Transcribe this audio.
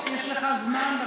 יש לך זמן.